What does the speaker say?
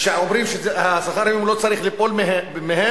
שאומרים ששכר המינימום לא צריך ליפול מהם,